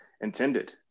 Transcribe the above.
intended